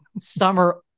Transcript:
summer